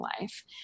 life